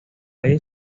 valle